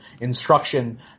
instruction